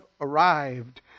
arrived